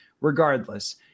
regardless –